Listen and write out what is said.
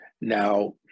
Now